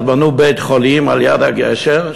אז בנו בית-חולים ליד הגשר,